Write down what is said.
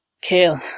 Kale